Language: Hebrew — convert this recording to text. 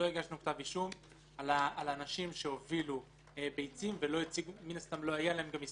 לא הגשנו כתב אישום על אנשים שהובילו ביצים ולא היו להם מסמכים.